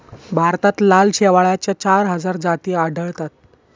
भारतात लाल शेवाळाच्या चार हजार जाती आढळतात